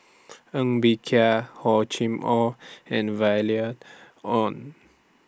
Ng Bee Kia Hor Chim Or and Violet Oon